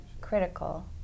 critical